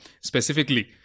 specifically